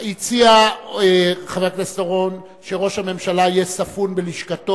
הציע חבר הכנסת אורון שראש הממשלה יהיה ספון בלשכתו